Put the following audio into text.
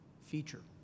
feature